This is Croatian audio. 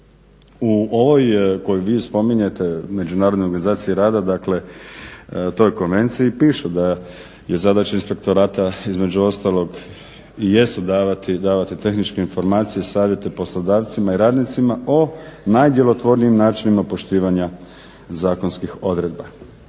U ovoj koju vi spominjete međunarodnoj organizaciji rada, dakle, toj konvenciji piše da je zadaća inspektorata između ostalog i jesu davati tehničke informacije, savjete poslodavcima i radnicima o najdjelotvornijim načinima poštivanja zakonskih odredba.